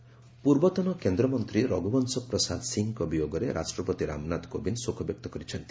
ରଘୁବଂଶ ପ୍ରସାଦ ପୂର୍ବତନ କେନ୍ଦ୍ରମନ୍ତ୍ରୀ ରଘୁବଂଶ ପ୍ରସାଦ ସିଂହଙ୍କ ବିୟୋଗରେ ରାଷ୍ଟ୍ରପତି ରାମନାଥ କୋବିନ୍ଦ ଶୋକ ବ୍ୟକ୍ତ କରିଛନ୍ତି